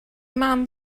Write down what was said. mam